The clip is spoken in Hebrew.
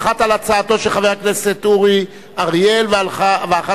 אחת על הצעתו של חבר הכנסת אורי אריאל ואחת